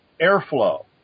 airflow